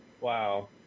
wow